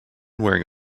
wearing